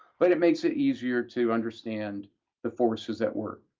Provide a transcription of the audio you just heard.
but it makes it easier to understand the forces at work.